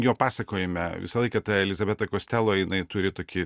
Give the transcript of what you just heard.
jo pasakojime visą laiką ta elizabeta kostelo jinai turi tokį